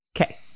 Okay